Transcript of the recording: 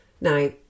Now